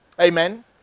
Amen